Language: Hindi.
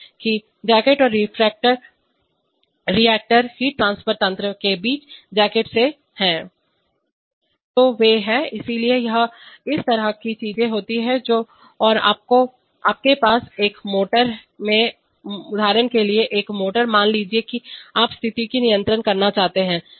कि जैकेट और रिएक्टर हीट ट्रांसफर तंत्र के बीच जैकेट से ह तो वे हैं इसलिए इस तरह की चीजें होती हैं और आपके पास एक मोटर में उदाहरण के लिए एक मोटर मान लीजिए कि आप स्थिति को नियंत्रित करना चाहते हैं